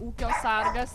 ūkio sargas